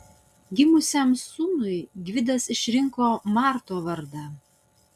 gimusiam sūnui gvidas išrinko marto vardą